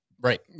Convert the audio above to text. Right